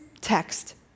text